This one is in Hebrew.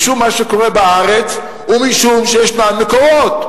משום מה שקורה בארץ ומשום שישנם מקורות.